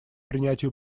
принятию